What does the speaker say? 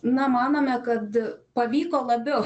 na manome kad pavyko labiau